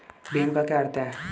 भीम का क्या अर्थ है?